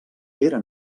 era